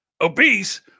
obese